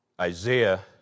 Isaiah